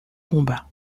combat